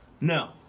No